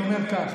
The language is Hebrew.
אני אומר כך.